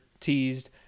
teased